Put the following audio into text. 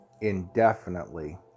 indefinitely